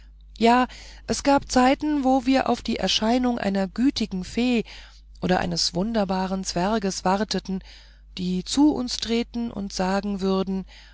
ja es gab zeiten wo wir auf die erscheinung einer gütigen fee oder eines wunderbaren zwerges warteten die zu uns treten und sagen würden